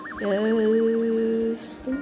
Yes